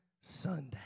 Sunday